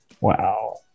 Wow